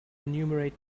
enumerate